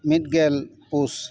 ᱢᱤᱫ ᱜᱮᱞ ᱯᱩᱥ